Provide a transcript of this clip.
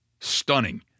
Stunning